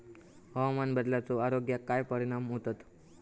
हवामान बदलाचो आरोग्याक काय परिणाम होतत?